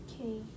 Okay